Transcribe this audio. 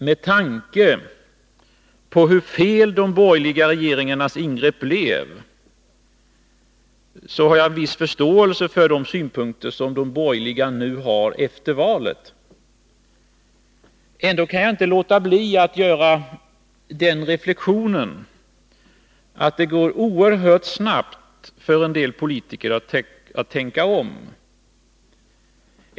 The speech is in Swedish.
Med tanke på hur fel de borgerliga regeringarnas ingrepp blev, har jag viss förståelse för de synpunkter som de borgerliga nu har, efter valet. Ändå kan jag inte låta bli att göra den reflexionen att det går oerhört snabbt för en del politiker att tänka om.